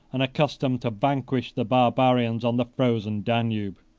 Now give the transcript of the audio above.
and accustomed to vanquish the barbarians on the frozen danube.